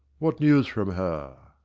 what news from her?